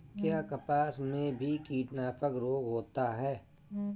क्या कपास में भी कीटनाशक रोग होता है?